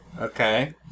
Okay